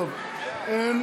אין.